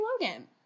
Logan